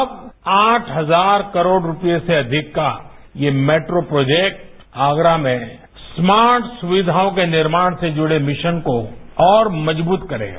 अब आठ हजार करोड़ रुपये से अधिक का ये मेट्रो प्रोजेक्ट आगरा में स्मार्ट सुविघाओं के निर्माण से जुर्ड़ मिशन को और मजबूत करेगा